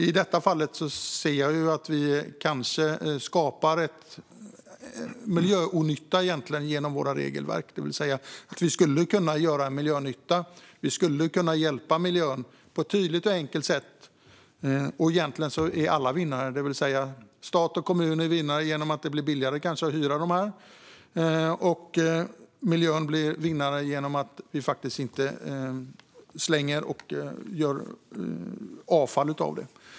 I detta fall ser jag att vi kanske skapar miljöonytta genom våra regelverk. Vi skulle kunna göra miljönytta. Vi skulle kunna hjälpa miljön på ett tydligt och enkelt sätt. Egentligen är alla vinnare i det - stat och kommuner är vinnare genom att det kanske blir billigare att hyra dessa moduler, och miljön blir vinnare genom att vi inte slänger och gör avfall av dem.